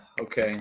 Okay